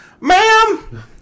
Ma'am